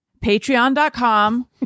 Patreon.com